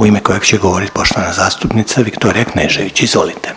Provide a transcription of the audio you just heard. u ime kojeg će govorit poštovana zastupnica Viktorija Knežević. Izvolite.